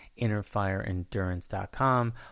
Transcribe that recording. innerfireendurance.com